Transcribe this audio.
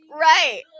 Right